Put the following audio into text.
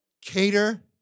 cater